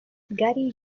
gary